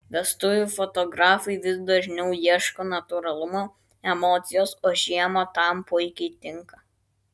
vestuvių fotografai vis dažniau ieško natūralumo emocijos o žiema tam puikiai tinka